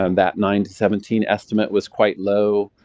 um that nine to seventeen estimate was quite low,